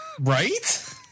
Right